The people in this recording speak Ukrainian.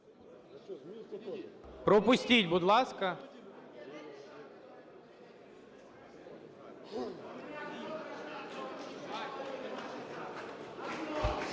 Пропустіть, будь ласка.